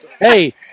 Hey